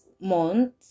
month